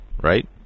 right